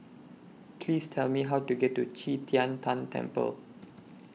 Please Tell Me How to get to Qi Tian Tan Temple